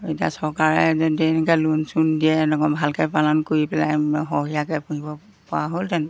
এতিয়া চৰকাৰে যদি এনেকৈ লোন চোন দিয়ে এনেকুৱা ভালকৈ পালন কৰি পেলাই সৰহীয়াকৈ পুহিব পৰা হ'লহেঁতেনে